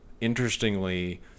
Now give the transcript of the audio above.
interestingly